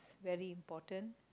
very important